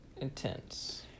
intense